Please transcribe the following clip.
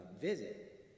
visit